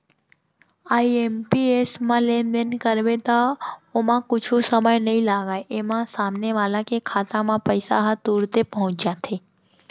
IMPS म लेनदेन करबे त ओमा कुछु समय नइ लागय, एमा सामने वाला के खाता म पइसा ह तुरते पहुंच जाथे